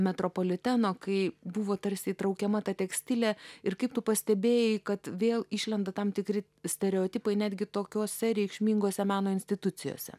metropoliteno kai buvo tarsi įtraukiama ta tekstilė ir kaip tu pastebėjai kad vėl išlenda tam tikri stereotipai netgi tokiose reikšmingose meno institucijose